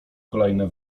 kolejne